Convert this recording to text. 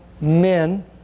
men